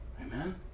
Amen